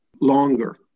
longer